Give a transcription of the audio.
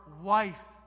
wife